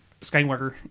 Skywalker